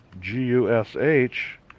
G-U-S-H